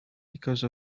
because